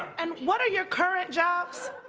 and what are your current jobs?